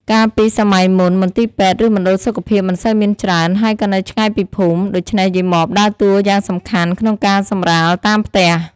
កាលពីសម័័យមុន មន្ទីរពេទ្យ ឬមណ្ឌលសុខភាពមិនសូវមានច្រើន ហើយក៏នៅឆ្ងាយពីភូមិ ដូច្នេះយាយម៉បដើរតួយ៉ាងសំខាន់ក្នុងការសម្រាលតាមផ្ទះ។